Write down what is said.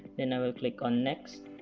then i will click on next